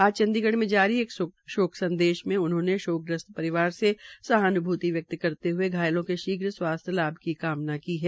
आज चंडीगढ़ में जारी एक शोक संदेश मे उन्होने शोक ग्रस्त परिवार मे सहानुभूति व्यक्त करते हए घायलों को शीघ्र स्वास्थ्य लाभ की कामना की है